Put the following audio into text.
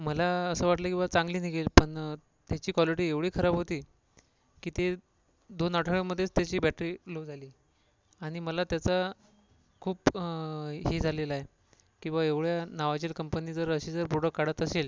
मला असं वाटलं की बा चांगली निघेल पण त्याची क्वालिटी एवढी खराब होती की ते दोन आठवड्यामध्येच त्याची बॅटरी लो झाली आणि मला त्याचा खूप हे झालेला आहे की बुवा एवढ्या नावाचीर कंपनी जर असे जर प्रोडक्ट काढत असेल